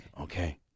Okay